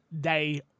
day